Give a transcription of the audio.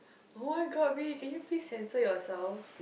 oh-my-god B can you please censor yourself